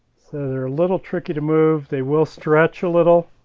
they're a little tricky to move, they will stretch a little,